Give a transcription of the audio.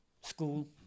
school